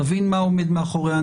נבין מה עומד מאחוריה,